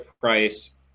price